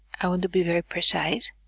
ah and be very precise